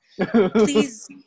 Please